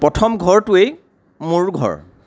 প্ৰথম ঘৰটোৱেই মোৰ ঘৰ